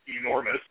enormous